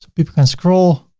people can scroll